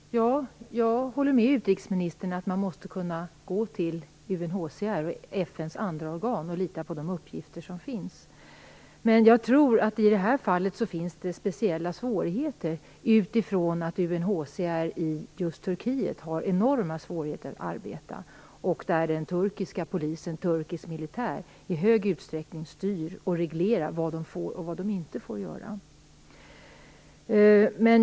Fru talman! Jag håller med utrikesministern om att man måste kunna gå till UNHCR och FN:s andra organ och lita på de uppgifter som finns. Men jag tror att det i det här fallet är speciella svårigheter, utifrån att UNHCR i just Turkiet har enorma svårigheter att arbeta och där den turkiska polisen och turkiska militären i stor utsträckning styr och reglerar vad de får och inte får göra.